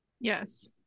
yes